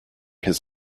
his